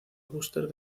buster